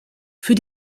für